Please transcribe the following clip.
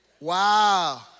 wow